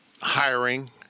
hiring